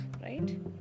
Right